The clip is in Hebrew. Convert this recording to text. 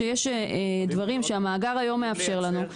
כלומר צריך להבין שיש דברים שהמאגר היום מאפשר לנו,